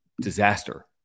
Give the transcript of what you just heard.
disaster